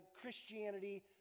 Christianity